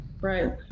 Right